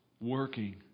working